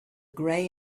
grey